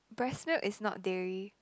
breast milk is not dairy